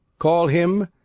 call him,